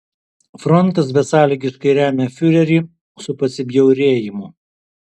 frontas besąlygiškai remia fiurerį su pasibjaurėjimu